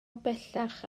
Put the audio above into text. bellach